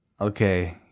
Okay